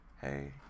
hey